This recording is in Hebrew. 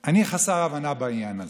אני חסר הבנה בעניין הזה,